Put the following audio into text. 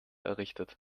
errichtet